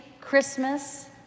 Christmas